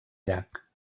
llac